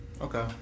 Okay